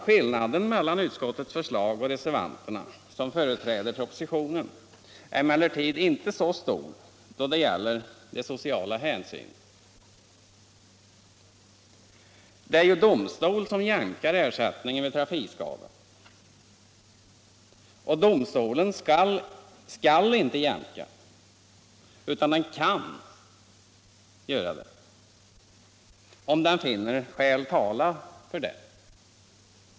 Skillnaden mellan utskottets förslag och reservanternas, som bygger på propositionen, är emellertid inte så stor då det gäller de sociala hänsynen. Det är ju domstol som jämkar ersättningen vid trafikskada, och det är inte så att domstolen skall jämka utan bara så att den kan göra det, om den finner skäl tala härför.